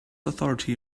authority